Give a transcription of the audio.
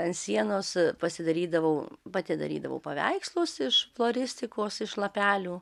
ant sienos pasidarydavau pati darydavau paveikslus iš floristikos iš lapelių